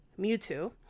Mewtwo